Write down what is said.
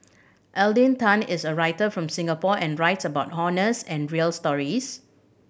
Alden Tan is a writer from Singapore and writes about honest and real stories